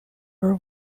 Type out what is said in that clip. were